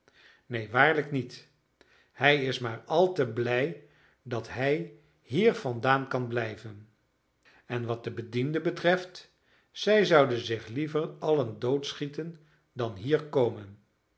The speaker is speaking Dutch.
neen waarlijk niet hij is maar al te blij dat hij hier vandaan kan blijven en wat de bedienden betreft zij zouden zich liever allen dood schieten dan hier komen